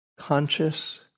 Conscious